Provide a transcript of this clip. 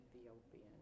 Ethiopian